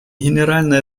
генеральной